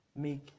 make